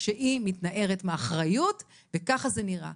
שהיא מתנערת מאחריות וככה זה נראה.